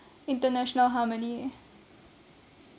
international harmony